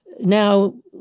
now